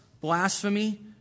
blasphemy